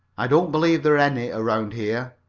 i don't believe there are any around here,